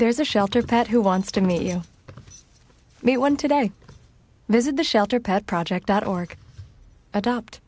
there's a shelter pet who wants to meet you meet one today visit the shelter pet project that org adopt